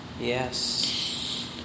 Yes